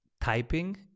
typing